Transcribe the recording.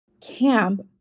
camp